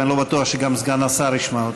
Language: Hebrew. ואני לא בטוח שסגן השר ישמע אותך.